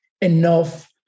enough